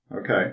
Okay